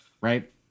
Right